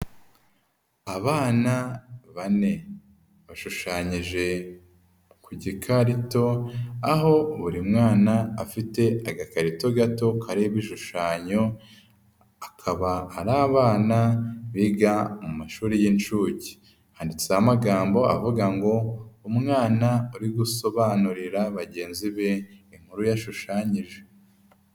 Abana bane, bashushanyije ku gikarito, aho buri mwana afite agakarito gato kariho ibishushanyo, akaba ari abana biga mu mashuri y'incuke, handitseho amagambo avuga ngo umwana uri gusobanurira bagenzi be inkuru yashushanyije.